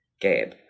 Gabe